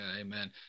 Amen